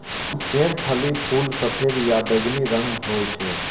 सेम फलीक फूल सफेद या बैंगनी रंगक होइ छै